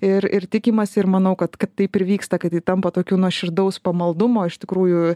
ir ir tikimasi ir manau kad taip ir vyksta kad ji tampa tokiu nuoširdaus pamaldumo iš tikrųjų